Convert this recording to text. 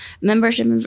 membership